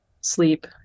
sleep